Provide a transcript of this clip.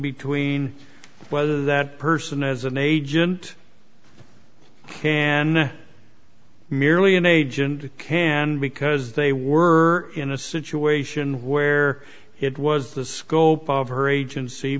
between whether that person as an agent can merely an agent can because they were in a situation where it was the scope of her agency